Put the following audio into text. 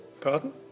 Pardon